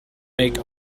make